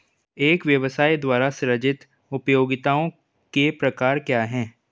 एक व्यवसाय द्वारा सृजित उपयोगिताओं के प्रकार क्या हैं?